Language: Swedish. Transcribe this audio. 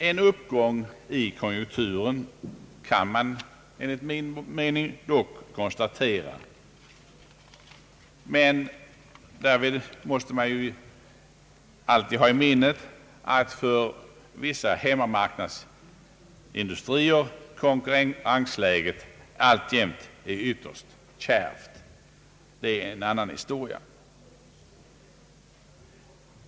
En uppgång i konjunkturen kan dock enligt min mening konstateras, men därvid måste vi alltid ha i minnet, att konkurrensläget för vissa hemmamarknadsindustrier alltjämt är ytterst kärvt. Det är dock en annan historia.